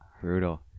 Brutal